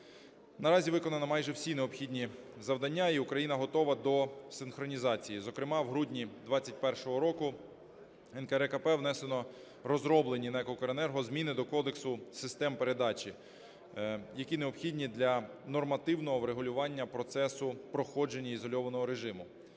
Наразі виконано майже всі необхідні завдання і Україна готова до синхронізації. Зокрема в грудні 2021 року НКРЕКП внесено розроблені НЕК "Укренерго" зміни до Кодексу систем передачі, які необхідні для нормативного врегулювання процесу проходження ізольованого режиму.